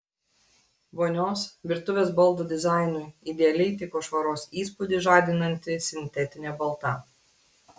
vonios virtuvės baldų dizainui idealiai tiko švaros įspūdį žadinanti sintetinė balta